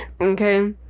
okay